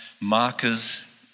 Markers